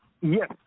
Yes